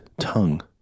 tongue